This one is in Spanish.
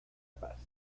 paz